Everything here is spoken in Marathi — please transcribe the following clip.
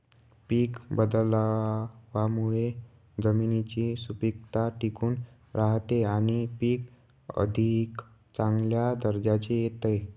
पीक बदलावामुळे जमिनीची सुपीकता टिकून राहते आणि पीक अधिक चांगल्या दर्जाचे येते